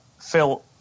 Phil